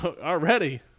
already